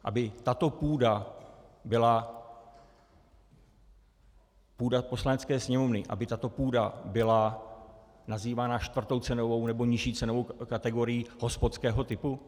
Aby tato půda byla, půda Poslanecké sněmovny, aby tato půda byla nazývána čtvrtou cenovou nebo nižší cenovou kategorií hospodského typu?